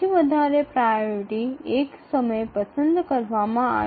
সর্বাধিক অগ্রাধিকার একবারে নির্বাচিত হয়